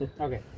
okay